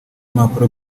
mpapuro